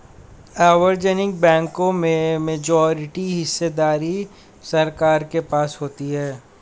सार्वजनिक बैंकों में मेजॉरिटी हिस्सेदारी सरकार के पास होती है